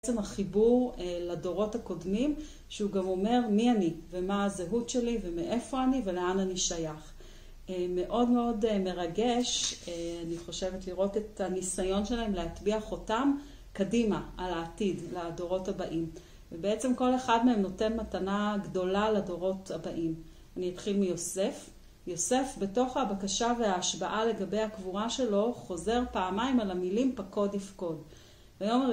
בעצם החיבור לדורות הקודמים, שהוא גם אומר מי אני ומה הזהות שלי ומאיפה אני ולאן אני שייך. מאוד מאוד מרגש אני חושבת לראות את הניסיון שלהם להטביע חותם קדימה, על העתיד, לדורות הבאים. ובעצם כל אחד מהם נותן מתנה גדולה לדורות הבאים. אני אתחיל מיוסף. יוסף בתוך הבקשה וההשבעה לגבי הקבורה שלו, חוזר פעמיים על המילים פקוד יפקוד.